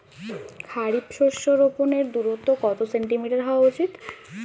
খারিফ শস্য রোপনের দূরত্ব কত সেন্টিমিটার হওয়া উচিৎ?